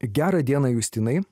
gerą dieną justinai